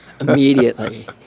immediately